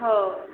ହଉ